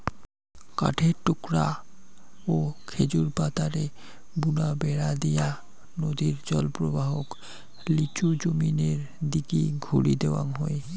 কাঠের টুকরা ও খেজুর পাতারে বুনা বেড়া দিয়া নদীর জলপ্রবাহক লিচু জমিনের দিকি ঘুরি দেওয়াং হই